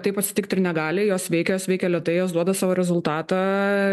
taip atsitikti ir negali jos veikia jos veikia lėtai jos duoda savo rezultatą